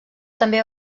també